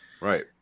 right